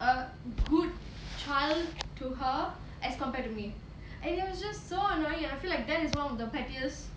a good child to her as compared to me and it was just so annoying and I feel like this is one of the pettiest